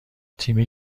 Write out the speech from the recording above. تیمی